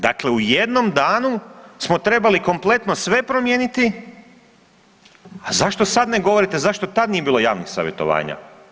Dakle, u jednom danu smo trebali kompletno sve promijeniti, a zašto sad ne govorite zašto tad nije bilo javnih savjetovanja?